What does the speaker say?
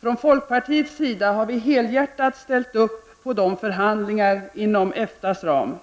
Från folkpartiets sida har vi helhjärtat ställt upp på de förhandlingar inom EFTAs ram